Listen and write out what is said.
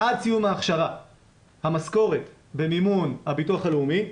עד סיום ההכשרה המשכורת במימון הביטוח הלאומי.